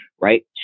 right